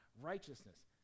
righteousness